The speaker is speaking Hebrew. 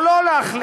או לא להחליט,